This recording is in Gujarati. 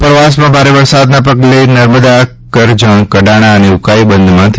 ઉપરવાસમાં ભારે વરસાદના પગલે નર્મદા કરજણ કડાણા અને ઉકાઈ બંધમાંથી